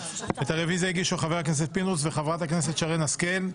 את הרוויזיה הגישו חבר הכנסת פינדרוס וחברת הכנסת שרן השכל.